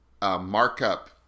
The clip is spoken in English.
markup